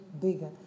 bigger